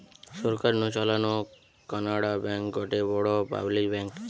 সরকার নু চালানো কানাড়া ব্যাঙ্ক গটে বড় পাবলিক ব্যাঙ্ক